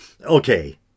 Okay